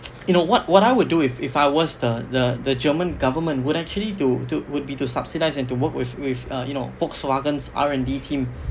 you know what what I would do if if I was the the the german government would actually to to would be to subsidize into work with with uh you know Volkswagen's R&D team